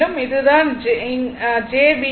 இது தான் jBC